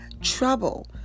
trouble